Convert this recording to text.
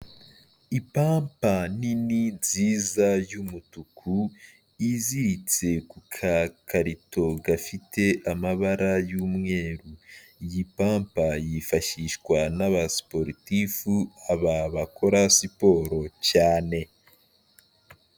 Ipampa nini nziza y'umutuku iziritse ku kakarito gafite amabara y'umweru, iyi pampa yifashishwa n'abasiporutifu aba bakora siporo cyane.